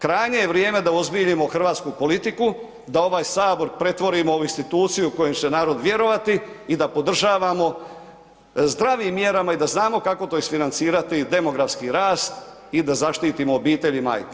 Krajnje je vrijeme da uozbiljimo hrvatsku politiku, da ovaj sabor pretvorimo u instituciju kojem će narod vjerovati i da podržavamo zdravim mjerama i da znamo kako to isfinancirati, demografski rast i da zaštitimo obitelj i majke.